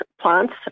plants